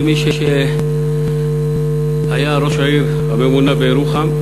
כמי שהיה ראש העיר הממונה בירוחם.